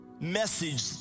message